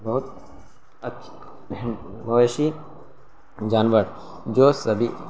بہت اچھے مویشی جانور جو سبھی